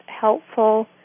helpful